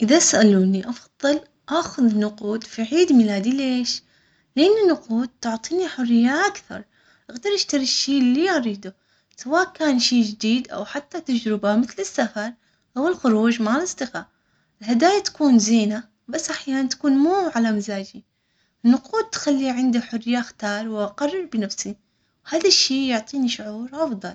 إذا سألوني أفضل آخذ نقود في عيد ميلادي ليش؟ لأن النقود تعطيني حرية أكثر، إقدر إشتري الشي إللي أريده سواء كان شي جديد أو حتى تجربة مثل السفر أو الخروج مع الأصدقاء، الهدايا تكون زينة، بس أحيانا تكون مو على مزاجي نقود تخلي.